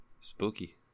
spooky